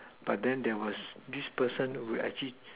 but then there was this person who actually